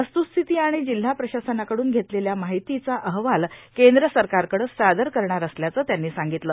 वस्त्स्थिती आणि जिल्हा प्रशासनाकडून घेतलेल्या माहितीचा अहवाल केंद्र सरकारकडे सादर करणार असल्याचं त्यांनी सांगितलं